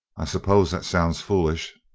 i suppose that sounds foolish?